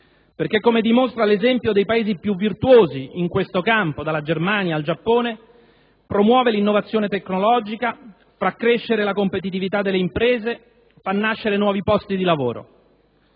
perché come dimostra l'esempio dei Paesi più virtuosi in questo campo, dalla Germania al Giappone, promuove l'innovazione tecnologica, fa crescere la competitività delle imprese, fa nascere nuovi posti di lavoro.